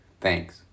Thanks